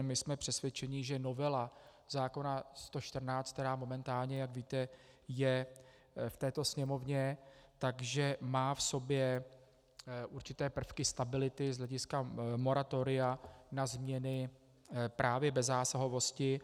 My jsme přesvědčeni, že novela zákona 114, která momentálně, jak víte, je v této Sněmovně, má v sobě určité prvky stability z hlediska moratoria na změny právě bezzásahovosti.